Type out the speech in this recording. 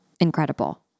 incredible